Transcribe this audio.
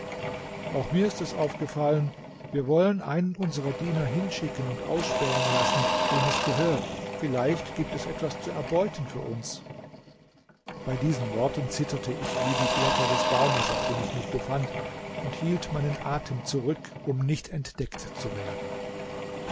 auch mir ist es aufgefallen wir wollen einen unserer diener hinschicken und ausspähen lassen wem es gehört vielleicht gibt es etwas zu erbeuten für uns bei diesen worten zitterte ich wie die blätter des baumes auf dem ich mich befand und hielt meinen atem zurück um nicht entdeckt zu werden